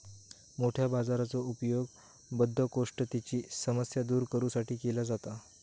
मोठ्या बोराचो उपयोग बद्धकोष्ठतेची समस्या दूर करू साठी केलो जाता